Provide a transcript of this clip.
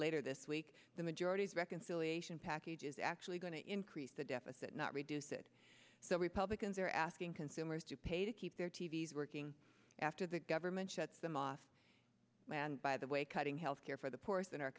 later this week the majority's reconciliation package is actually going to increase the deficit not reduce it so republicans are asking consumers to pay to keep their t v s working after the government shuts them off man by the way cutting health care for the poorest in our